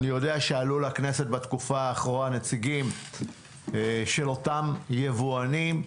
אני יודע שעלו לכנסת בתקופה האחרונה נציגים של אותם יבואנים,